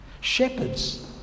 Shepherds